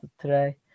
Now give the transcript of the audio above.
today